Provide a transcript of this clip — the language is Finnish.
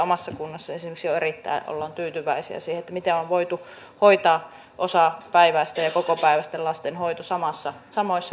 omassa kunnassani esimerkiksi ollaan erittäin tyytyväisiä siihen miten on voitu hoitaa osapäiväisten ja kokopäiväisten lasten hoito samoissa paikoissa